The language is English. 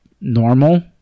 normal